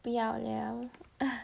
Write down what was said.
不要 [liao]